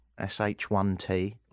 SH1T